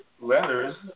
Letters